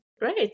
Great